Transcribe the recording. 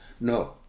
No